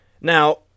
Now